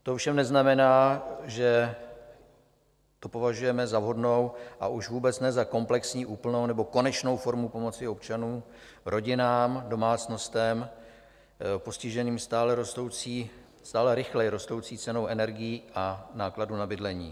To ovšem neznamená, že to považujeme za vhodnou, a už vůbec ne za komplexní, úplnou nebo konečnou formu pomoci občanům, rodinám, domácnostem postiženým stále rychleji rostoucí cenou energií a nákladů na bydlení.